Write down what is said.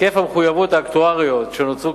היקף המחויבויות האקטואריות שנוצרו